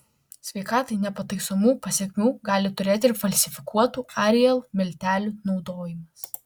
sveikatai nepataisomų pasekmių gali turėti ir falsifikuotų ariel miltelių naudojimas